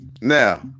Now